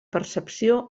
percepció